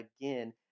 again